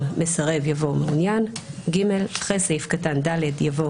המילה "מסרב" יבוא "מעוניין"; (ג)אחרי סעיף קטן (ד) יבוא: